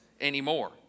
anymore